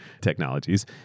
technologies